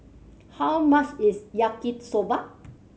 how much is Yaki Soba